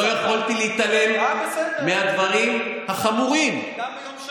אבל לא יכולתי להתעלם מהדברים החמורים, אה, בסדר.